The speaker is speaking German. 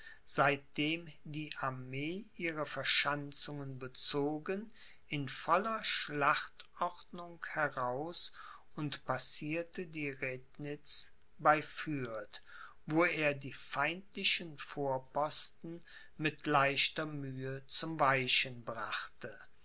seitdem die armee ihre verschanzungen bezogen in voller schlachtordnung heraus und passierte die rednitz bei fürth wo er die feindlichen vorposten mit leichter mühe zum weichen brachte